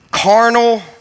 carnal